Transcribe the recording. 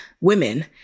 women